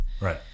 right